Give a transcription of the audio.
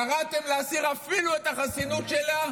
קראתם להסיר, אפילו את החסינות שלה?